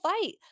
fight